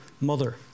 mother